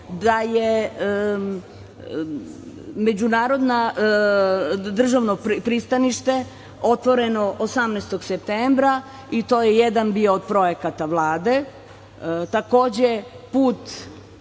da je Međunarodno državno pristanište otvoreno 18. septembra, i to je bio jedan od projekata Vlade. Takođe, put